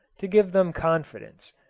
to give them confidence,